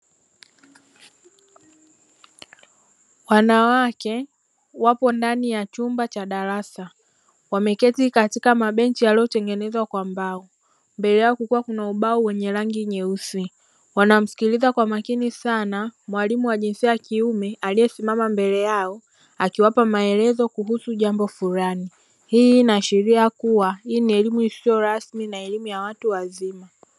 Wanawake wapo ndani ya chumba cha darasa, wameketi katika mabenchi yaliyotengenezwa kwa mbao, mbele yao kukiwa kuna ubao wenye rangi nyeusi; wanamsikiliza kwa makini sana mwalimu wa jinsia ya kiume aliyesimama mbele yao akiwapa maelezo kuhusu jambo fulani. Hii inaashiria kuwa hii ni elimu isiyo rasmi na elimu ya watu wazima.